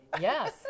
Yes